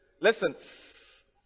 Listen